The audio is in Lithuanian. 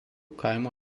kaimo